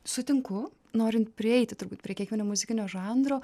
sutinku norint prieiti turbūt prie kiekvieno muzikinio žanro